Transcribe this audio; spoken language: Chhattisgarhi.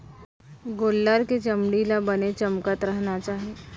गोल्लर के चमड़ी ल बने चमकत रहना चाही